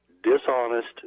dishonest